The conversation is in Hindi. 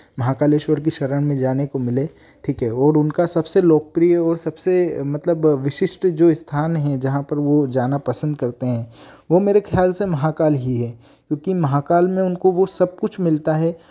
महाकालेश्वर की शरण में जाने को मिले ठीक है और उनका सबसे लोकप्रिय और सबसे मतलब विशिष्ट जो स्थान हैं जहाँ पर वह जाना पसंद करते हैं वह मेरे ख्याल से महाकाल ही है क्योंकि महाकाल में उनको वह सब कुछ मिलता है